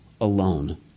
alone